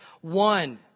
one